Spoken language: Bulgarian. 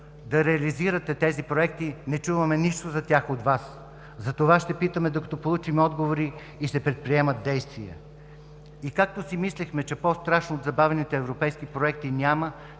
да реализирате тези проекти, от Вас не чуваме нищо за тях. Затова ще питаме докато получим отговори и се предприемат действия. И както си мислехме – че по-страшно от забавените европейски проекти няма,